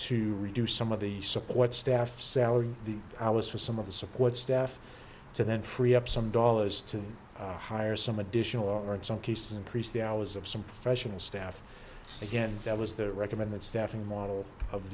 to reduce some of the support staff salary the hours for some of the support staff to then free up some dollars to hire some additional or in some cases increase the hours of some professional staff again that was the recommended staffing model of